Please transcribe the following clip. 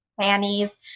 panties